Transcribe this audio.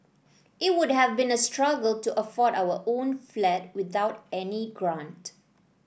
it would have been a struggle to afford our own flat without any grant